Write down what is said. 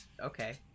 Okay